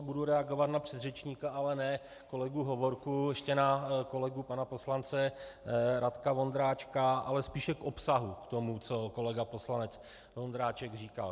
Budu reagovat na předřečníka, ale ne na kolegu Hovorku, ještě na kolegu pana poslance Radka Vondráčka, ale spíše k obsahu, k tomu, co kolega poslanec Vondráček říkal.